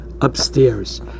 upstairs